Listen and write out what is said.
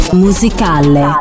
musicale